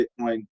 Bitcoin